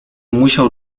musiał